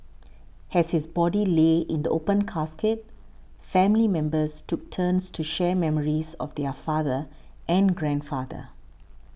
as his body lay in the open casket family members took turns to share memories of their father and grandfather